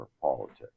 politics